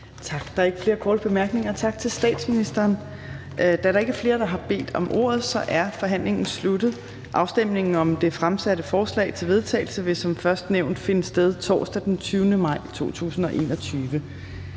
Tak. Der er ikke flere korte bemærkninger. Tak til statsministeren. Da der ikke er flere, der har bedt om ordet, er forhandlingen sluttet. Afstemningen om det fremsatte forslag til vedtagelse vil som først nævnt finde sted torsdag den 20. maj 2021.